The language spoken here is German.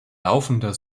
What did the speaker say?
laufender